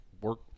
Work